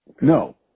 No